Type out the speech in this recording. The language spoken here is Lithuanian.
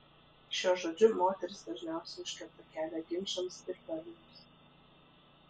šiuo žodžiu moterys dažniausiai užkerta kelią ginčams ir barniams